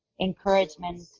encouragement